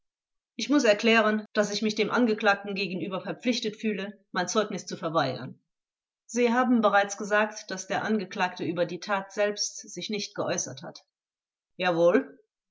ich muß erklären daß ich mich dem angeklagten gegenüber verpflichtet fühle mein zeugnis zu verweigern vors sie haben bereits gesagt daß der angeklagte über die tat selbst sich nicht geäußert hat zeuge jawohl